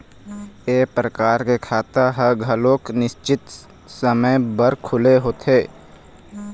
ए परकार के खाता ह घलोक निस्चित समे बर खुले होथे